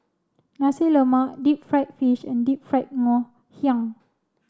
Nasi Lemak Deep Fried Fish and Deep Fried Ngoh Hiang